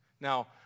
Now